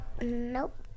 Nope